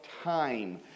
time